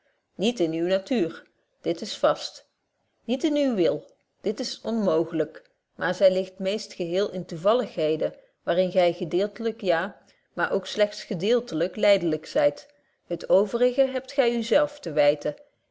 niet in uwe natuur dit is vast niet in uwen wil dit is onmooglyk maar zy ligt meest geheel in toevalligheden waar in gy betje wolff proeve over de opvoeding gedeeltelyk ja maar ook slegts gedeeltelyk lydelyk zyt het overige hebt gy u zelf te wyten